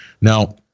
now